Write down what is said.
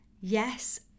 yes